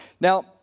Now